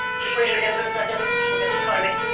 just raise your hands in a second, just looking at the timing.